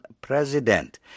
president